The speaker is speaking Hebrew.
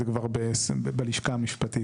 זה כבר בלשכה המשפטית,